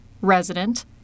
resident